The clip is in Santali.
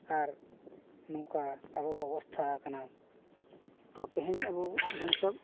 ᱟᱨ ᱱᱚᱝᱠᱟ ᱟᱵᱚ ᱵᱚᱱ ᱚᱵᱚᱥᱛᱷᱟ ᱟᱠᱟᱱᱟ ᱛᱚ ᱛᱮᱦᱮᱧ ᱟᱵᱚ ᱵᱟᱧᱪᱟᱜ